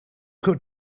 cut